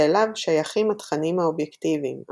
שאליו שייכים התכנים האובייקטיביים –